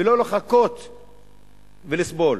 ולא לחכות ולסבול,